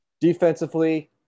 Defensively